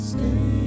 Stay